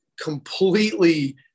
completely